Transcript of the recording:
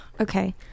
Okay